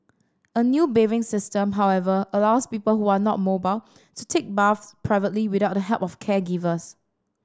a new bathing system however allows people who are not mobile to take baths privately without the help of caregivers